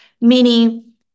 Meaning